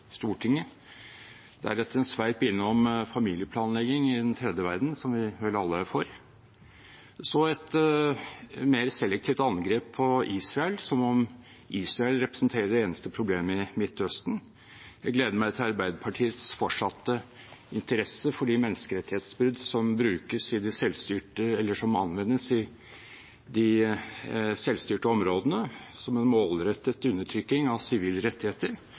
deretter en sveip innom familieplanlegging i den tredje verden, som vi vel alle er for, og så et mer selektivt angrep på Israel, som om Israel representerer det eneste problemet i Midtøsten. Jeg gleder meg til Arbeiderpartiets fortsatte interesse for de menneskerettighetsbrudd som anvendes i de selvstyrte områdene som en målrettet undertrykking av sivile rettigheter,